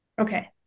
Okay